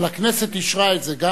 אבל הכנסת אישרה את זה,